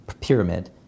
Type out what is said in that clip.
pyramid